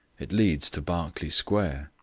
it leads to berkeley square.